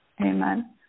Amen